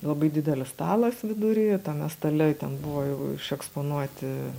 labai didelis stalas vidury tame stale ten buvo jau išeksponuoti